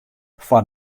foar